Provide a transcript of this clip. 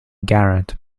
garrett